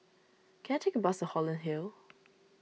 can I take a bus Holland Hill